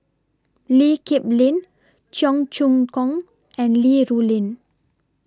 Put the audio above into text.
Lee Kip Lin Cheong Choong Kong and Li Rulin